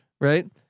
right